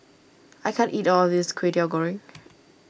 I can't eat all of this Kway Teow Goreng